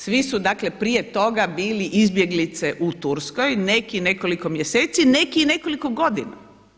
Svi su dakle prije toga bili izbjeglice u Turskoj, neki nekoliko mjeseci, neki nekoliko godina.